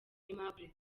aimable